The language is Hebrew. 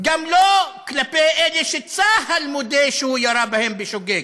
גם לא כלפי אלה שצה"ל מודה שהוא ירה בהם בשוגג.